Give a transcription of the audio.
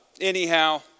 anyhow